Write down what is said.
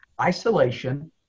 Isolation